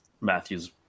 Matthews